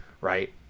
right